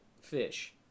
fish